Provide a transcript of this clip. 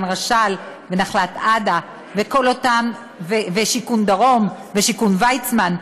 רשל ונחלת עדה ושיכון דרום ושיכון ויצמן,